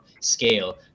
scale